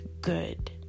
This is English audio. good